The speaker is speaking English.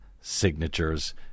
signatures